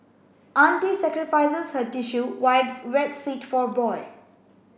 auntie sacrifices her tissue wipes wet seat for boy